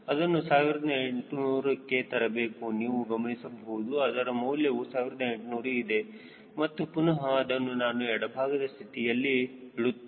ಅದನ್ನು 1800ಕೆ ತರಬೇಕು ನೀವು ಗಮನಿಸಬಹುದು ಅದರ ಮೌಲ್ಯವು 1800 ಇದೆ ಮತ್ತು ಪುನಹ ಅದನ್ನು ನಾನು ಎಡಭಾಗದ ಸ್ಥಿತಿಯಲ್ಲಿ ಇಡುತ್ತೇನೆ